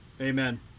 Amen